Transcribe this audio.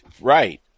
Right